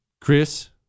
Chris